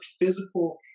physical